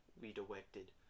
Redirected